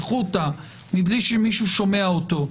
מבלי שמישהו שומע אותו,